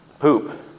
poop